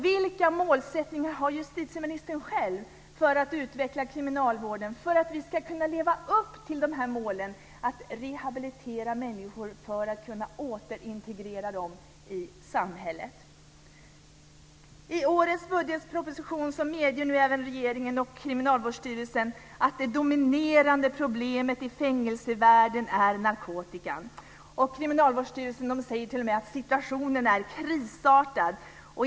Vilka målsättningar har justitieministern själv för att utveckla kriminalvården så att vi ska kunna leva upp till målen att rehabilitera människor för att kunna återintegrera dem i samhället? I årets budgetproposition medger nu även regeringen och Kriminalvårdsstyrelsen att det dominerande problemet i fängelsevärlden är narkotikan. Kriminalvårdsstyrelsen säger t.o.m. att situationen är krisartad.